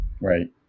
Right